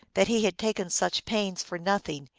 that he had taken such pains for nothing.